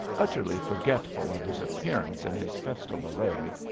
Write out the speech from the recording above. utterly forgetful of his appearance in his festal array,